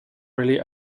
really